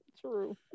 true